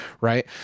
Right